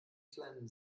kleinen